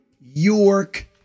York